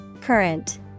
Current